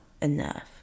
enough